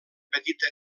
petita